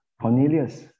Cornelius